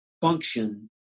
function